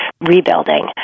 rebuilding